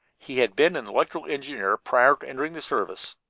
he had been an electrical engineer prior to entering the service,